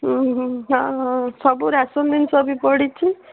ହୁଁ ହୁଁ ହଁ ହଁ ସବୁ ରାସନ୍ ଜିନିଷ ବି ପଡ଼ିଛି